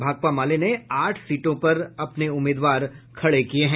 भाकपा माले ने आठ सीटों पर अपने उम्मीदवार खड़े किए हैं